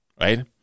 Right